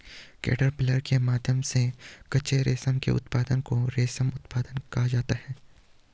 caterpillar के माध्यम से कच्चे रेशम के उत्पादन को रेशम उत्पादन कहा जाता है